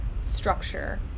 structure